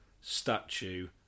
statue